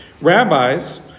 Rabbis